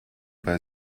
bei